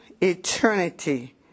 eternity